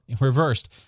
reversed